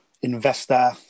investor